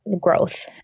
growth